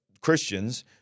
Christians